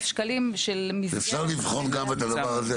שקלים של --- אפשר לבחון גם את הדבר הזה?